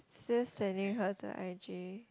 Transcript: just sending her to i_j